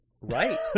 right